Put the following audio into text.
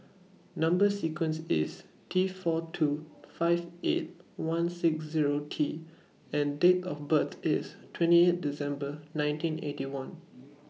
Number sequence IS T four two five eight one six Zero T and Date of birth IS twenty eight December nineteen Eighty One